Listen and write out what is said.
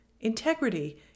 Integrity